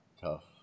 tough